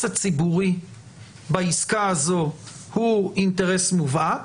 הציבורי בעסקה הזו הוא אינטרס מובהק.